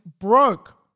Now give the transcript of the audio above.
broke